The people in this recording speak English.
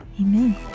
Amen